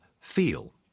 feel